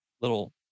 Little